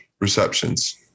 receptions